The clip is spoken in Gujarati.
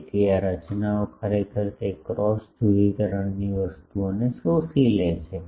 તેથી આ રચનાઓ ખરેખર તે ક્રોસ ધ્રુવીકરણની વસ્તુઓ શોષી લે છે